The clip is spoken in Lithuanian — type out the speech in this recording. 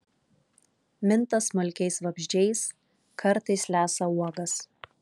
minta smulkiais vabzdžiais kartais lesa uogas